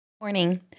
Morning